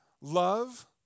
love